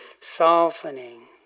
Softening